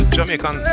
Jamaican